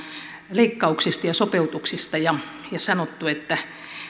leikkauksista ja sopeutuksista ja sanottu että